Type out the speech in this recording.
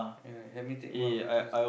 ya help me take more of those things ah